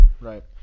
Right